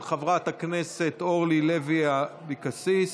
של חברת הכנסת אורלי לוי אבקסיס.